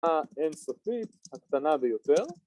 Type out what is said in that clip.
‫האנסופית הקטנה ביותר.